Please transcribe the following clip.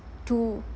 two